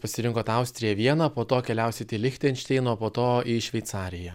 pasirinkot austriją vieną po to keliausite į lichtenšteiną o po to į šveicariją